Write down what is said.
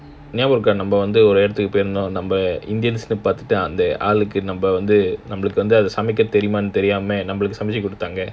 ஞாபகம் இருக்க நம்ம ஒரு இடத்துக்கு போய் இருந்தும் சமைக்க தெரியுமான்னு தெரியாம சாச்சி குடுத்தாங்க:nyabaham irukka namma oru edathukku poi iruntham samakka theriyumanu theriyaama saacchi kuduthaanga